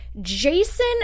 Jason